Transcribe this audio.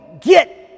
get